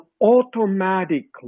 automatically